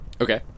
Okay